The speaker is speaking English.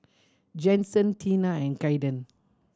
Jensen Teena and Caiden